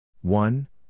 one